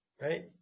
right